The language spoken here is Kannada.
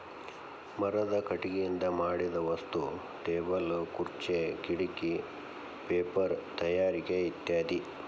ಮರದ ಕಟಗಿಯಿಂದ ಮಾಡಿದ ವಸ್ತು ಟೇಬಲ್ ಖುರ್ಚೆ ಕಿಡಕಿ ಪೇಪರ ತಯಾರಿಕೆ ಇತ್ಯಾದಿ